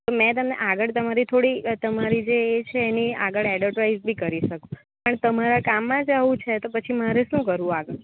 મેં તમને તમને આગળ તમારે થોડી તમારી જે એ છે એની આગળ એડવર્ટાઈઝ બી કરી શકું પણ તમારા કામમાં જ આવું છે તો પછી મારે શું કરવું આગળ